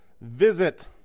Visit